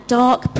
dark